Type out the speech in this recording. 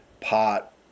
pot